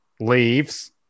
leaves